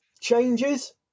changes